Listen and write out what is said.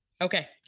Okay